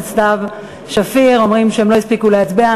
סתיו שפיר אומרים שהם לא הספיקו להצביע.